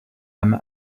âme